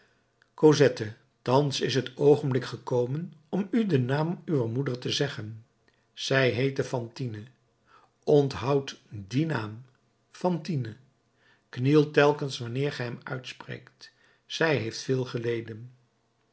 cosette thans is t oogenblik gekomen om u den naam uwer moeder te zeggen zij heette fantine onthoud dien naam fantine kniel telkens wanneer ge hem uitspreekt zij heeft veel geleden